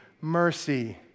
mercy